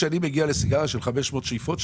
כשאני מגיע לסיגריה של 500 שאיפות,